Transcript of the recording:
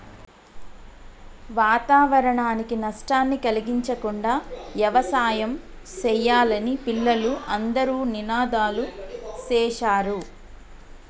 వాతావరణానికి నష్టాన్ని కలిగించకుండా యవసాయం సెయ్యాలని పిల్లలు అందరూ నినాదాలు సేశారు